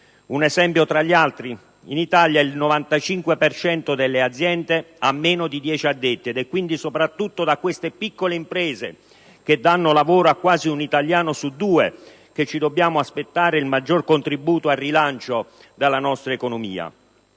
Un esempio tra gli altri: in Italia il 95 per cento delle aziende ha meno di dieci addetti ed è quindi soprattutto da queste piccole imprese, che danno lavoro a quasi un italiano su due, che ci dobbiamo aspettare il maggiore contributo al rilancio della nostra economia.